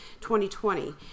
2020